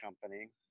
company